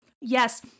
yes